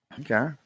Okay